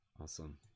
Awesome